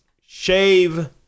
Shave